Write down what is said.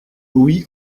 oui